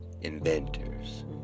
Inventors